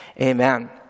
amen